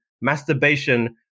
masturbation